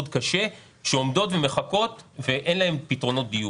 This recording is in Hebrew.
קשה שעומדות ומחכות ואין להן פתרון דיור.